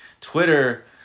Twitter